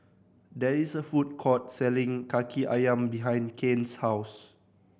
there is a food court selling Kaki Ayam behind Kane's house